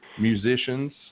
musicians